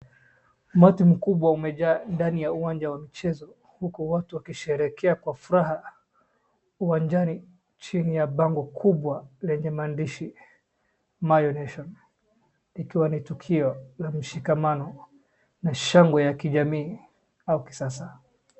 Umati mkubwa umejaa ndani ya uwanja wa michezo huku watu wakishereheke kwa furaha uwanjani chini ya bango kubwa lenye maandishi Mayo Nation likiwa ni tukio la mshikamano na shangwe ya kijamii au kisasa.